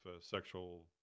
sexual